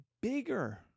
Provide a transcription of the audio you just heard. bigger